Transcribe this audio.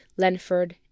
Lenford